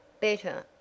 Better